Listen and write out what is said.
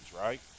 right